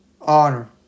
honor